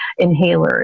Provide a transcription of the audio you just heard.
inhalers